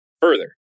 further